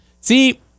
See